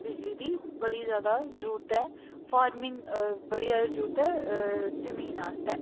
बिजली दी बड़ी ज्यादा जरूरत ऐ फॉर्मिंग बड़ी ज्यादा जरूरत ऐ ज़मीन आस्तै